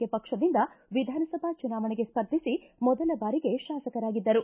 K ಪಕ್ಷದಿಂದ ವಿಧಾನಸಭಾ ಚುನಾವಣೆಗೆ ಸ್ಪರ್ಧಿಸಿ ಮೊದಲ ಬಾರಿಗೆ ಶಾಸಕರಾಗಿದ್ದರು